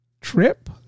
trip